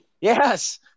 Yes